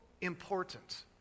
important